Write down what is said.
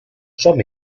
som